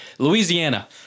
Louisiana